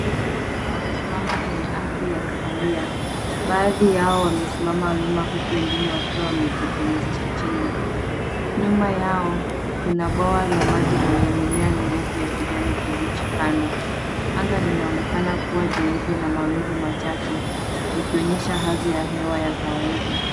Wakisimama kwenye ardhi ya kahawia. Baadhi yao wamesimama wima huku wengine wakiwa wamejipumzisha chini. Nyuma yao, kuna bwawa la maji lenye mimea mirefu ya kijani kibichi kando. Anga linaonekana kuwa jeupe na mawingu machache, likionyesha hali ya hewa ya kawaida.